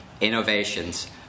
innovations